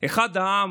אחד העם,